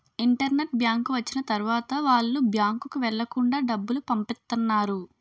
internet bank వచ్చిన తర్వాత వాళ్ళు బ్యాంకుకు వెళ్లకుండా డబ్బులు పంపిత్తన్నారు